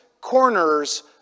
corners